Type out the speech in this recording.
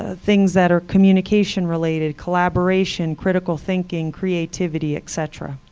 ah things that are communication related, collaboration, critical thinking, creativity, et cetera,